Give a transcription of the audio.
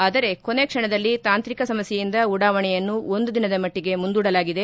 ಆದರೆ ಕೊನೆ ಕ್ಷಣದಲ್ಲಿ ತಾಂತ್ರಿಕ ಸಮಸ್ವೆಯಿಂದ ಉಡಾವಣೆಯನ್ನು ಒಂದು ದಿನದ ಮಟ್ಟಗೆ ಮುಂದೂಡಲಾಗಿದೆ